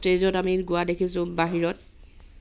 ষ্টেজত আমি গোৱা দেখিছোঁ বাহিৰত